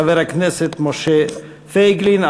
חבר הכנסת משה פייגלין,